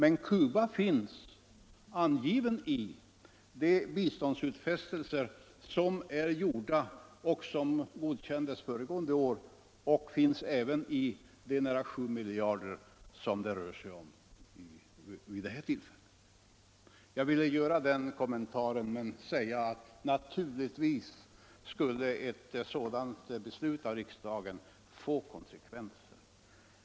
Men Cuba finns angivet bland de länder till vilka vi har givit utfästelser om bistånd, utfästelser som godkändes föregående år, och hjälpen till Cuba ingår i de nära 7 miljarder som det rör sig om vid det här tillfället. Jag vill göra den kommentaren att naturligtvis skulle ett beslut om bifall till reservationen få konsekvenser.